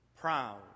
proud